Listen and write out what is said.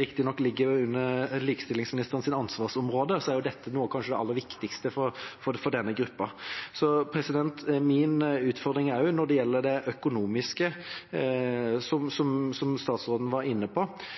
riktignok ikke ligger under likestillingsministerens ansvarsområde, er dette kanskje noe av det aller viktigste for denne gruppen. Så min utfordring gjelder også det økonomiske, som statsråden var inne på.